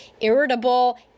irritable